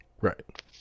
Right